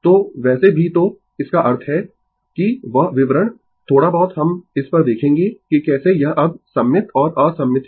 तो वैसे भी तो इसका अर्थ है कि वह विवरण थोडा बहुत हम इस पर देखेंगें कि कैसे यह अब सममित और असममित है